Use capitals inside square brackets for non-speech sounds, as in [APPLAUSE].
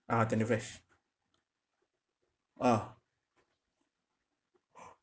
ah tenderfresh ah [BREATH]